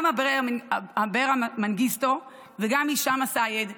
גם אברה מנגיסטו וגם הישאם א-סייד,